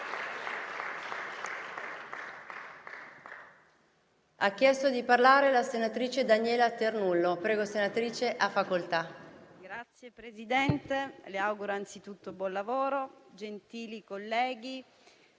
Signora Presidente, le auguro anzitutto buon lavoro. Gentili colleghi,